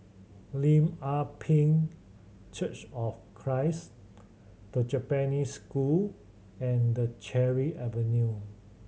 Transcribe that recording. Lim Ah Pin Church of Christ The Japanese School and Cherry Avenue